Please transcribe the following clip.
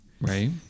Right